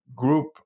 group